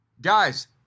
Guys